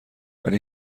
ولی